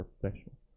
professional